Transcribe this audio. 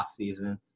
offseason